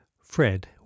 Fred